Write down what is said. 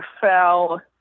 fell